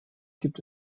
gibt